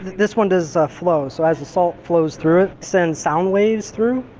this one does flow so as the salt flows through it, send sound waves through.